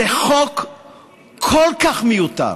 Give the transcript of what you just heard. זה חוק כל כך מיותר,